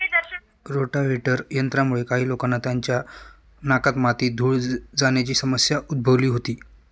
rotavator यंत्रामुळे काही लोकांना त्यांच्या नाकात माती, धूळ जाण्याची समस्या उद्भवली होती